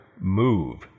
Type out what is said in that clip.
Move